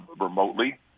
remotely